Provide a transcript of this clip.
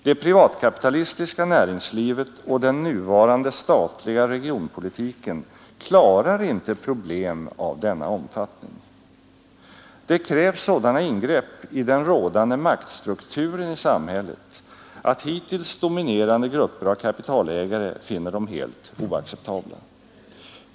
Det privatkapitalistiska näringslivet och den nuvarande statliga regionpolitiken klarar inte problem av denna omfattning. Det krävs sådana ingrepp i den rådande maktstrukturen i samhället, att hittills dominerande grupper av kapitalägare finner dem helt oacceptabla.